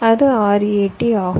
அது RAT ஆகும்